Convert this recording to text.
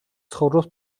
ცხოვრობს